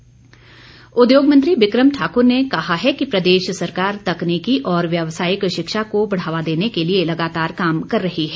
बिक्रम ठाकुर उद्योगमंत्री बिक्रम ठाकुर ने कहा है कि प्रदेश सरकार तकनीकी और व्यवसायिक शिक्षा को बढ़ावा देने के लिए लगातार काम कर रही है